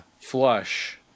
Flush